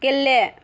गेले